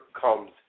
comes